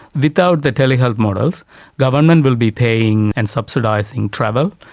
without the tele-health models, government will be paying and subsidising travel,